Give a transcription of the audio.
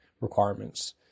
requirements